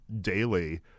daily